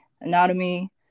anatomy